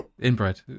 Inbred